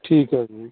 ਠੀਕ ਹੈ ਜੀ